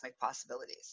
possibilities